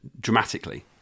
dramatically